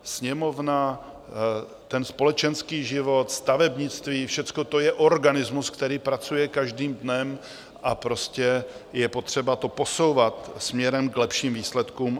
Sněmovna, společenský život, stavebnictví, všecko to je organismus, který pracuje každým dnem, a je potřeba to posouvat směrem k lepším výsledkům.